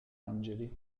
angeli